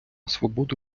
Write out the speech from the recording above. свободу